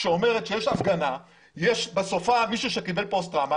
שאומרת שיש הפגנה ובסופה יש מישהו שקיבל פוסט טראומה